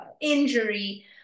injury